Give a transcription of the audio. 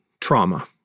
trauma